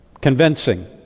convincing